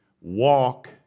Walk